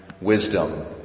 wisdom